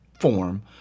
form